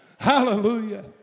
Hallelujah